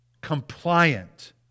compliant